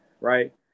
Right